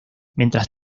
mientras